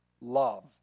love